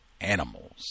animals